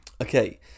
Okay